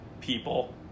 People